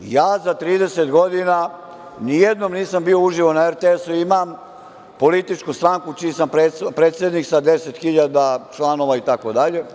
Ja za 30 godina ni jednom nisam bio uživo na RTS-u, imam političku stranku čiji sam predsednik sa 10.000 članova itd.